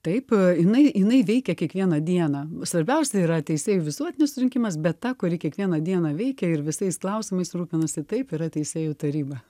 taip jinai jinai veikia kiekvieną dieną svarbiausia yra teisėjų visuotinis surinkimas bet ta kuri kiekvieną dieną veikia ir visais klausimais rūpinasi taip yra teisėjų taryba